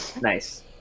nice